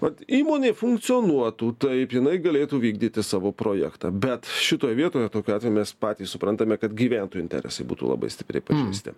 vat įmonė funkcionuotų taip jinai galėtų vykdyti savo projektą bet šitoj vietoje tokiu atveju mes patys suprantame kad gyventojų interesai būtų labai stipriai pažeisti